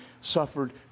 suffered